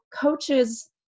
coaches